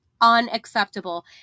Unacceptable